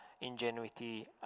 ingenuity